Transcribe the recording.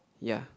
ya